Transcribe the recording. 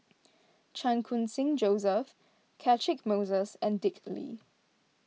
Chan Khun Sing Joseph Catchick Moses and Dick Lee